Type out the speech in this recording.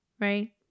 right